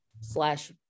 slash